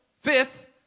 fifth